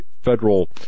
federal